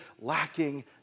lacking